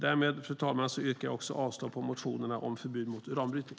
Därmed, fru talman, yrkar jag också avslag på motionerna om förbud mot uranbrytning.